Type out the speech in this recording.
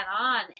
on